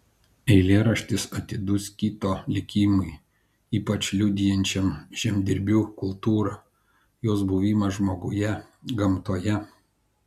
eilėraštis atidus kito likimui ypač liudijančiam žemdirbių kultūrą jos buvimą žmoguje gamtoje